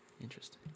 Interesting